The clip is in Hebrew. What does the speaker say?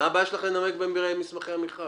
מה הבעיה שלך לנמק במכרזי המכרז?